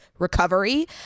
recovery